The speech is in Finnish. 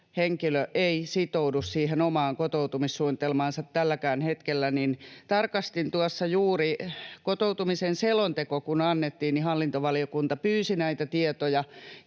henkilö ei sitoudu siihen omaan kotoutumissuunnitelmaansa tälläkään hetkellä, niin tarkistin tuon tuossa juuri. Kun kotoutumisen selonteko annettiin, hallintovaliokunta pyysi näitä tietoja,